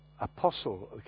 apostle